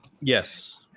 Yes